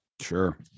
sure